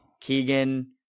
Keegan